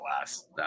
last